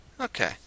Okay